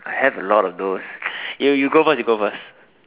I have a lot nose you you go first you go first